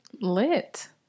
Lit